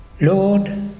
Lord